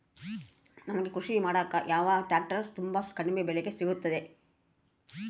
ನಮಗೆ ಕೃಷಿ ಮಾಡಾಕ ಯಾವ ಟ್ರ್ಯಾಕ್ಟರ್ ತುಂಬಾ ಕಡಿಮೆ ಬೆಲೆಗೆ ಸಿಗುತ್ತವೆ?